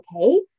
okay